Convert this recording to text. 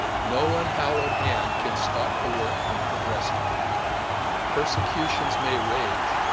no unhallowed hand can stop the work from progressing persecutions may rage,